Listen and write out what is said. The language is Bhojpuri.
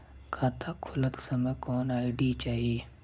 खाता खोलत समय कौन आई.डी चाही?